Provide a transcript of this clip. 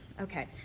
okay